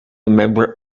member